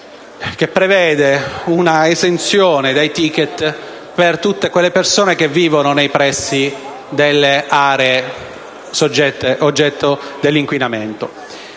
che prevede una esenzione dai *ticket* sanitari per tutte quelle persone che vivono nei pressi delle aree soggette all'inquinamento.